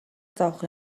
зовох